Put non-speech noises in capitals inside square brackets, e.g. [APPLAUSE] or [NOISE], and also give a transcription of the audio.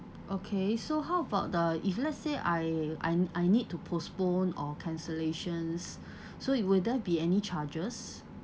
okay so how about the if let's say I I I need to postpone or cancellations [BREATH] so it would there be any charges